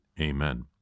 Amen